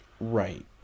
right